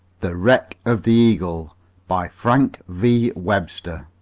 the wreck of the eagle by frank v. webster